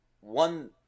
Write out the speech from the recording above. one